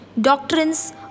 Doctrines